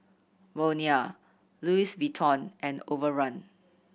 Bonia Louis Vuitton and Overrun